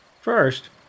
First